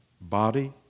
body